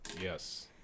Yes